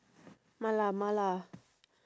mala mala